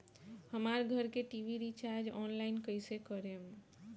हमार घर के टी.वी रीचार्ज ऑनलाइन कैसे करेम?